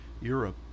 Europe